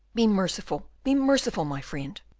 be merciful, be merciful, my friend!